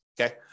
okay